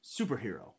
superhero